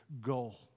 goal